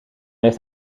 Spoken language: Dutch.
heeft